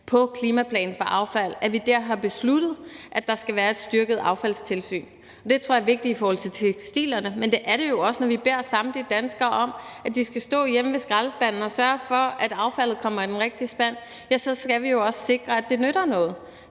bag klimaplanen for affald, og som vi dér har besluttet, er, at der skal være et styrket affaldstilsyn. Det tror er vigtigt i forhold til tekstilerne, men det er det jo også, når vi beder samtlige danskere om, at de skal stå hjemme ved skraldespandene og sørge for, at affaldet kommer i den rigtige spand; så skal vi jo også sikre, at det nytter noget,